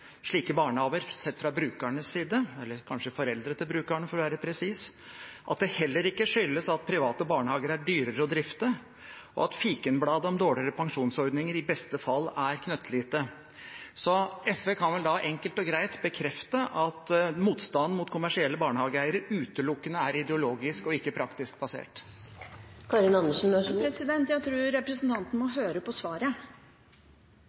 slike barnehager sett fra brukernes side – eller kanskje foreldrene til brukerne, for å være presis – at det heller ikke skyldes at private barnehager er dyrere å drifte, og at fikenbladet om dårligere pensjonsordninger i beste fall er knøttlite. Så SV kan vel da enkelt og greit bekrefte at motstanden mot kommersielle barnehageeiere utelukkende er ideologisk og ikke praktisk basert? Jeg tror representanten